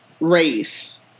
race